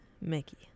mickey